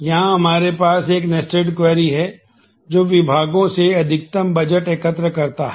यहां एक विद क्लॉजहै जो विभागों से अधिकतम बजट एकत्र करता है